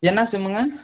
என்ன சிம்முங்க